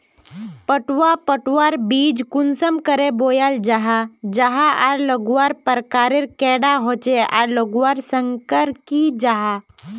पटवा पटवार बीज कुंसम करे बोया जाहा जाहा आर लगवार प्रकारेर कैडा होचे आर लगवार संगकर की जाहा?